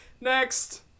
Next